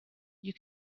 you